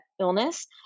illness